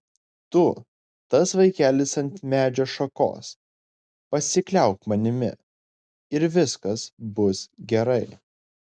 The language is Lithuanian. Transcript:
tu tas vaikelis ant medžio šakos pasikliauk manimi ir viskas bus gerai